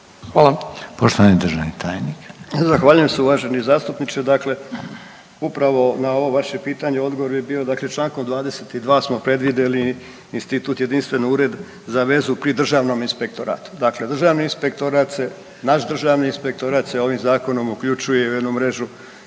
tajnik. **Horvat, Mile (SDSS)** Zahvaljujem uvaženi zastupniče. Dakle, upravo na ovo vaše pitane, odgovor bi bio, dakle, čl. 22. smo predvidjeli Institut jedinstveni ured za vezu pri državnom inspektoratu. Dakle, državni inspektorat se, naš državni inspektorat se ovim zakon uključuje u jednu mrežu